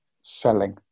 selling